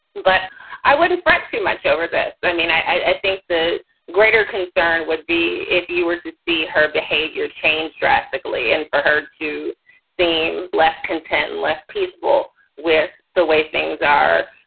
but i wouldn't fret too much over this. i mean, i think the greater concern would be if you were to see her behavior change drastically and for her to seem less content, and less peaceful with the way things are.